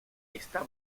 está